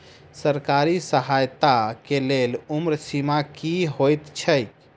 सरकारी सहायता केँ लेल उम्र सीमा की हएत छई?